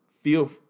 Feel